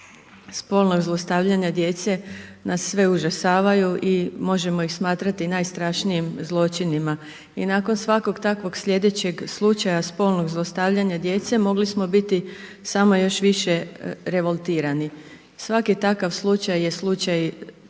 spolnog zlostavljanja djece nas sve užasavaju i možemo ih smatrati najstrašnijim zločinima. I nakon svakog takvog slijedećeg slučaja spolnog zlostavljanja djece, mogli smo biti samo još više revoltirani. Svaki takav slučaj je slučaj tragedija